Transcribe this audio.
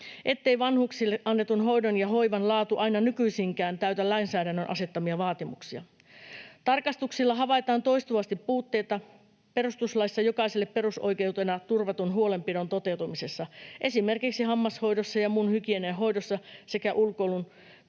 ettei vanhuksille annetun hoidon ja hoivan laatu aina nykyisinkään täytä lainsäädännön asettamia vaatimuksia. Tarkastuksilla havaitaan toistuvasti puutteita perustuslaissa jokaiselle perusoikeutena turvatun huolenpidon toteutumisessa, esimerkiksi hammashoidossa ja muun hygienian hoidossa, sekä ulkoilun toimintakykyä